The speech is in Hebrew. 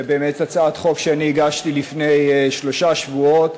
זה באמת הצעת חוק שאני הגשתי לפני שלושה שבועות.